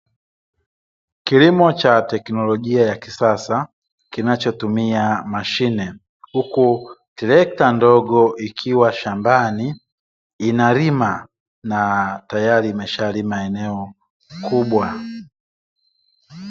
Kilimo cha teknolijia ya kisasa kinachotumia mashine, huku trekta ndogo ikiwa shambani inalima na tayari imeshalima yenyewe eneo kubwa.